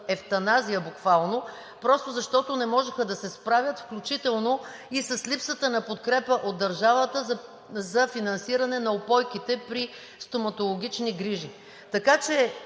евтаназия буквално просто защото не можеха да се справят, включително и с липсата на подкрепа от държавата за финансиране на упойките при стоматологични грижи. Ако ще